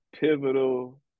pivotal